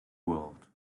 world